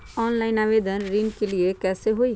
Online आवेदन ऋन के लिए कैसे हुई?